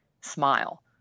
smile